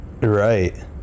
Right